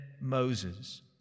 Moses